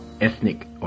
ethnic